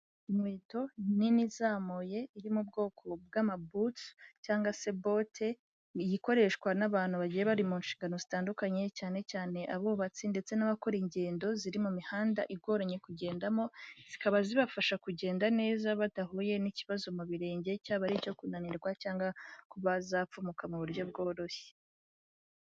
Inkweto nini izamuye iri mu bwoko bw'amabuci cyangwa se bote, ijya ikoreshwa n'abantu bagiye bari mu nshingano zitandukanye cyane cyane abubatsi ndetse n'abakora ingendo ziri mu mihanda igoranye kugendamo, zikaba zibafasha kugenda neza badahuye n'ikibazo mu birenge cyaba ari icyo kunanirwa cyangwa kuba zapfumuka mu buryo bworoshye.